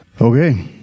Okay